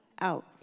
out